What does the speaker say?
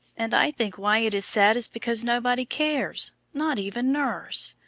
and i think why it is sad is because nobody cares, not even nurse.